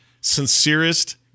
sincerest